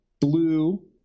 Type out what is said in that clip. blue